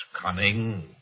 cunning